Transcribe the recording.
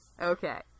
Okay